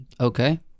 Okay